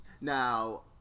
Now